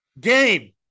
Game